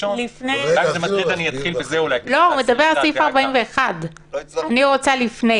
הוא מדבר על סעיף 41, ואני רוצה לדבר